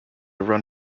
run